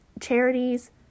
charities